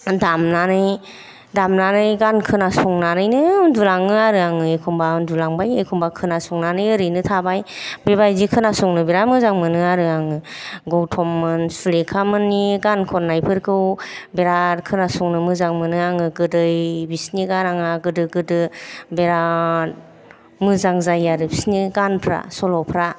दामनानै दामनानै गान खोनासंनानैनो उन्दुलाङो आरो आङो एखनबा उन्दुलांबाय एखनबा खोनासंनानै ओरैनो थाबाय बेबायदि खोनासंनो बिराद मोजां मोनो आरो आङो गौतम मोन सुलेखामोननि गान खननायफोरखौ बिराद खोनासंनो मोजां मोनो आङो गोदै बिसोरनि गाराङा गोदो गोदो बिराद मोजां जायो आरो बिसोरनि गानफ्रा सल'फ्रा